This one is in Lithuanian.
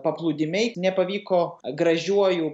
paplūdimiai nepavyko gražiuoju